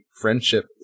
Friendship